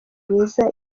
myiza